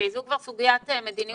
זו כבר סוגיית מדיניות אחרת.